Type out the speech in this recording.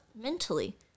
mentally